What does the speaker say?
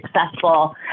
successful